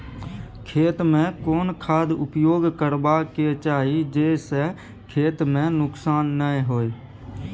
खेत में कोन खाद उपयोग करबा के चाही जे स खेत में नुकसान नैय होय?